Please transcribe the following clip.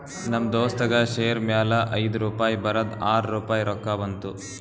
ನಮ್ ದೋಸ್ತಗ್ ಶೇರ್ ಮ್ಯಾಲ ಐಯ್ದು ರುಪಾಯಿ ಬರದ್ ಆರ್ ರುಪಾಯಿ ರೊಕ್ಕಾ ಬಂತು